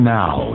now